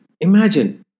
Imagine